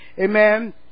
Amen